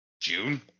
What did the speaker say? June